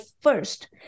first